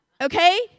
Okay